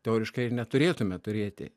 teoriškai ir neturėtume turėti